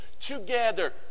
together